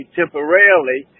temporarily